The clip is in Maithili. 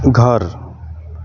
घर